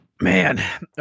man